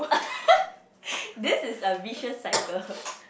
this is a vicious cycle